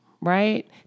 right